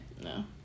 no